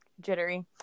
jittery